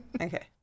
Okay